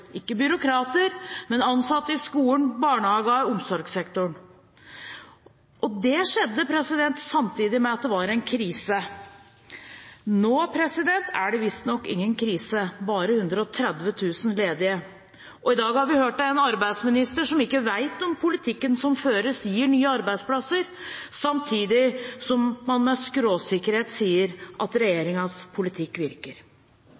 ikke byråkrater, men ansatte i skolen, i barnehager og i omsorgssektoren. Det skjedde samtidig med at det var en krise. Nå er det visstnok ingen krise, bare 130 000 ledige. I dag har vi hørt en arbeidsminister som ikke vet om politikken som føres, gir nye arbeidsplasser, samtidig som man med skråsikkerhet sier at regjeringens politikk virker.